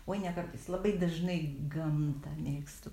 oi ne kartais labai dažnai gamtą mėgstu